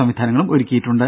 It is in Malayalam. സംവിധാനങ്ങളും ഒരുക്കിയിട്ടുണ്ട്